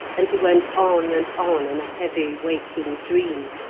and he went on and on in a heavy waking dream.